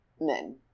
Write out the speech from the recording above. men